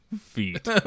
Feet